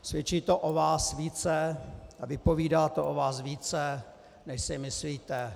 Svědčí to o vás více a vypovídá to o vás více, než si myslíte.